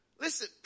listen